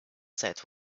that